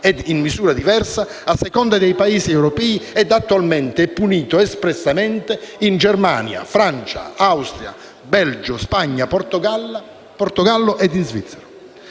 e in misura diversa a seconda dei Paesi europei e, attualmente, è punito espressamente in Germania, Francia, Austria, Belgio, Spagna, Portogallo e Svizzera.